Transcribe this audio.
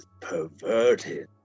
perverted